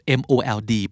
mold